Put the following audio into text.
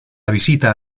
visita